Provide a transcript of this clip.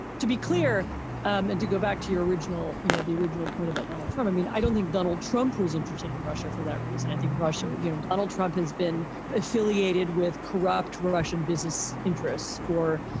to be clear and to go back to your original you know, the original point about donald trump, i mean, i don't think donald trump was interested in russia for that reason. i think russia you know, donald trump has been affiliated with corrupt russian business interests for,